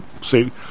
say